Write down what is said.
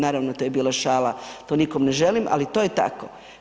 Naravno to je bila šala, to nikom ne želim, ali to je tako.